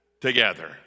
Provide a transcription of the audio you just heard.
together